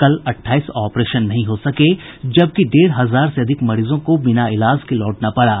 कल अट्ठाईस ऑपरेशन नहीं हो सके जबकि डेढ़ हजार से अधिक मरीजों को बिना इलाज के लौटना पड़ा